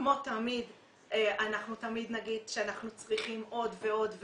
כמו תמיד אנחנו תמיד נגיד שאנחנו צריכים עוד ועוד,